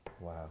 Wow